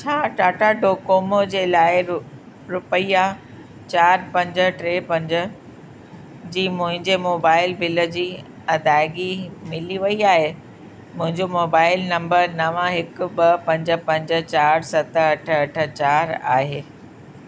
छा टाटा डोकोमो जे लाइ रु रुपया चारि पंज टे पंज जी मुंहिंजे मोबाइल बिल जी अदाइगी मिली वई आहे मुंहिंजो मोबाइल नंबर नव हिकु ॿ पंज पंज चारि सत अठ अठ चारि आहे